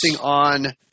on